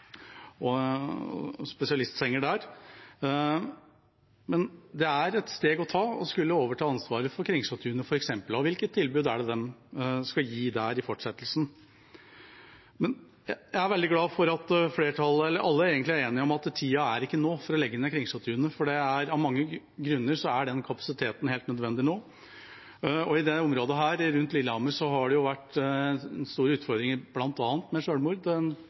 og spesialistsenger. Men det er et steg å ta å skulle overta ansvaret for Kringsjåtunet, og hvilket tilbud er det de skal gi der i fortsettelsen? Jeg er veldig glad for at egentlig alle er enige om at tida ikke er inne nå for å legge ned Kringsjåtunet, for av mange grunner er den kapasiteten nødvendig nå. I dette området, rundt Lillehammer, har det vært store utfordringer, bl.a. med